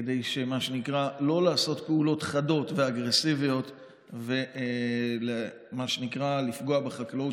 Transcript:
כדי לא לעשות פעולות חדות ואגרסיביות ולפגוע בחקלאות